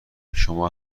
شما